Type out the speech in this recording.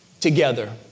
together